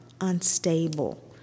unstable